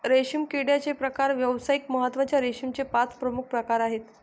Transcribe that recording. रेशीम किड्याचे प्रकार व्यावसायिक महत्त्वाच्या रेशीमचे पाच प्रमुख प्रकार आहेत